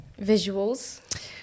Visuals